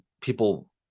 people